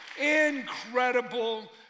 Incredible